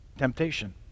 temptation